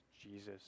Jesus